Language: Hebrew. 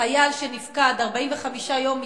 חייל שנפקד 45 יום מצה"ל,